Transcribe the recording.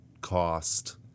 cost